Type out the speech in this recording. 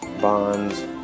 bonds